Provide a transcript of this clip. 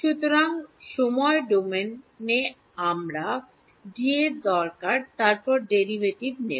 সুতরাং সময় সময় ডোমেনে আমার ডি দরকার তারপর ডেরাইভেটিভ নেবে